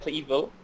evil